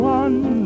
one